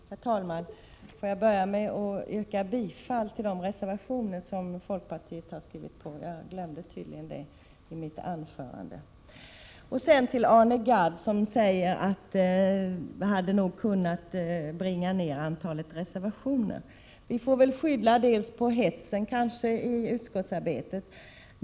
Herr talman! Låt mig börja med att yrka bifall till de reservationer som folkpartiets företrädare har skrivit under. Jag glömde att göra det i mitt förra anförande. Till Arne Gadd, som menar att vi nog hade kunnat bringa ned antalet reservationer, vill jag säga att vi kanske får skylla mängden av reservationer 133 på hetsen i utskottsarbetet.